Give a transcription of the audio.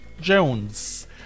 Jones